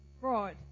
Fraud